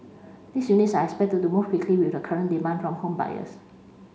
these units are expected to move quickly with the current demand from home buyers